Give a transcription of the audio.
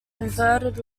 inverted